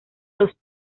los